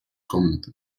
комнаты